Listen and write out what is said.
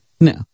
No